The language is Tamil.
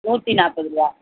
நூற்றி நாற்பது ரூபா